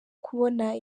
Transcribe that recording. kubona